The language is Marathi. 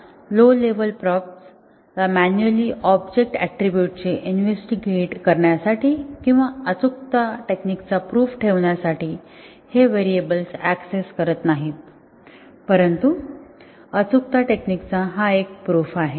लो लेव्हल्स प्रोब्स ला म्यानुअली ऑब्जेक्ट ऍट्रिब्यूटची इन्व्हेस्टीगेट करण्यासाठी किंवा अचूकता टेक्निकचा प्रूफ ठरवण्यासाठी हे व्हेरिएबल्स ऍक्सेस करत नाही परंतु अचूकता टेक्निकचा हा एक प्रूफ आहे